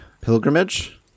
pilgrimage